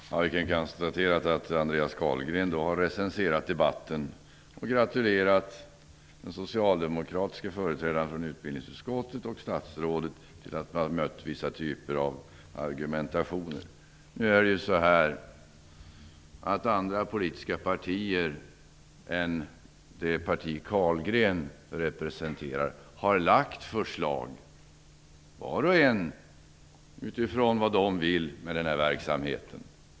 Fru talman! Vi kan konstatera att Andreas Carlgren har recenserat debatten och gratulerat den socialdemokratiske företrädaren från utbildningsutskottet och statsrådet till att ha mött vissa typer av argumentationer. Carlgren representerar har lagt fram förslag, var och en utifrån vad de vill med den här verksamheten.